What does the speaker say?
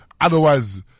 otherwise